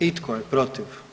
I tko je protiv?